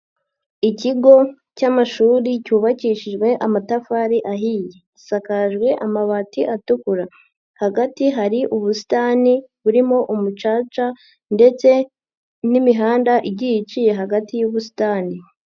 Ikigo cy'amashuri cyubakishijwe amatafari ahiye, gisakajwe amabati atukura, hagati hari ubusitani burimo umucaca, ndetse n'imihanda igiye iciye hagati y'ubusitani.